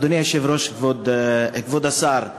אדוני היושב-ראש, כבוד השר,